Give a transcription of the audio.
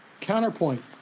counterpoint